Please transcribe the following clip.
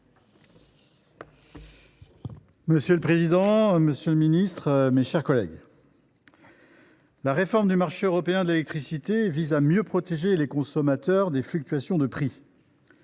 Monsieur le président, monsieur le ministre, mes chers collègues, la réforme du marché européen de l’électricité vise à mieux protéger les consommateurs des fluctuations de prix.